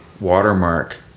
watermark